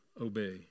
obey